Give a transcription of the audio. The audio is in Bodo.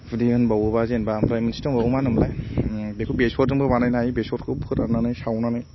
जुदि होनबावो बा जेनबा ओमफ्राय मोनसे दंबावो मा नाम मोनलाय ओम बेखौ बेसरजोंबो बानायनो हायो बेसरखौ फोरान्नानै सावनानै